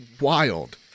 wild